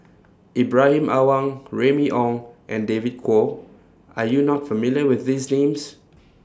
Ibrahim Awang Remy Ong and David Kwo Are YOU not familiar with These Names